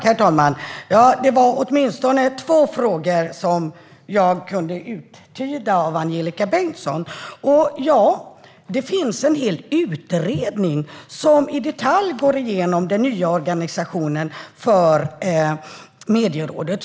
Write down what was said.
Herr talman! Jag kunde uttyda åtminstone två frågor från Angelika Bengtsson. Ja, det finns en hel utredning som i detalj går igenom den nya organisationen för Medierådet.